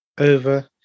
over